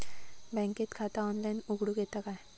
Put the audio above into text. बँकेत खाता ऑनलाइन उघडूक येता काय?